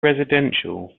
residential